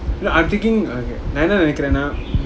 no I'm thinking okay நான்என்னநெனைக்கிறேனா:nan enna nenaikrena